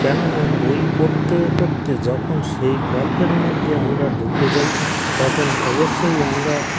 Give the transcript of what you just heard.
কেননা বই পড়তে পড়তে যখন সেই গল্পের মধ্যে আমরা ঢুকে যাই তখন অবশ্যই আমরা